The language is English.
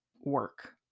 work